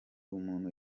umuntu